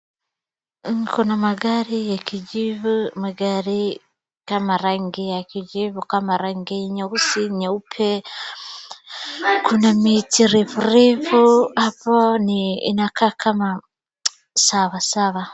Kuna magari ya kijivu magari kama rangi ya kijivu, kama rangi nyeusi, nyeupe. Kuna miti refu refu hapo inakaa kama sawa sawa